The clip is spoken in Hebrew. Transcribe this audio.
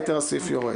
יתר הסעיף יורד.